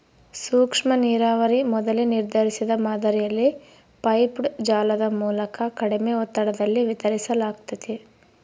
ಸೂಕ್ಷ್ಮನೀರಾವರಿ ಮೊದಲೇ ನಿರ್ಧರಿಸಿದ ಮಾದರಿಯಲ್ಲಿ ಪೈಪ್ಡ್ ಜಾಲದ ಮೂಲಕ ಕಡಿಮೆ ಒತ್ತಡದಲ್ಲಿ ವಿತರಿಸಲಾಗ್ತತೆ